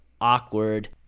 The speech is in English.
awkward